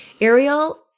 Ariel